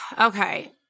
Okay